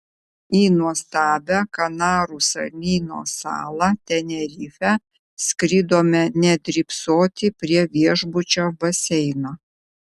į nuostabią kanarų salyno salą tenerifę skridome ne drybsoti prie viešbučio baseino